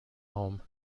home